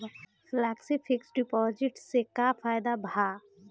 Flexi fix deposit से का फायदा भा?